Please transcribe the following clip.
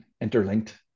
interlinked